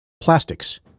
Plastics